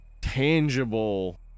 tangible